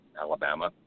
Alabama